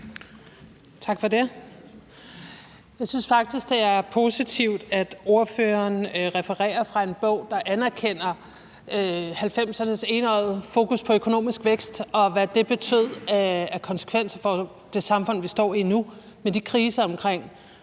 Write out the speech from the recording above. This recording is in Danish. Tak for det. Jeg synes faktisk, det er positivt, at ordføreren refererer til en bog, der anerkender 1990'erne enøjede fokus på økonomisk vækst, og hvad det havde af konsekvenser for det samfund, vi står i nu, med de kriser i